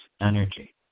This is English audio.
energy